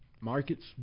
markets